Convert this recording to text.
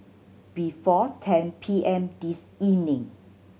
before ten P M this evening